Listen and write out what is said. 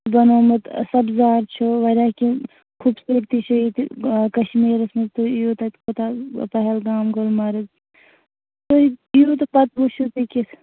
بَنوومُت آ سَبزار چھُ واریاہ کیٚنٛہہ خوٗبصوٗرتی چھِ ییٚتہِ آ کَشمیٖرَس مَنٛز تُہۍ یِیِو تَتہِ کوتاہ پہلگام گُلمرگ تُہۍ یِیِو تہٕ پَتہٕ وُچھِو تُہۍ کِژھ